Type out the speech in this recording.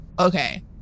okay